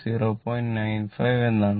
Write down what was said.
95 എന്നാണ്